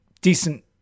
decent